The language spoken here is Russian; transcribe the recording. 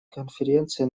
конференции